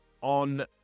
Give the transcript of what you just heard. on